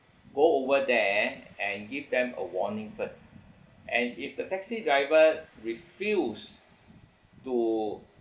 go over there and give them a warning first and if the taxi driver refused to